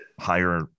higher